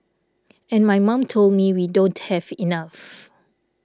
and my mom told me we don't have enough